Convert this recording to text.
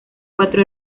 cuatro